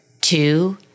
two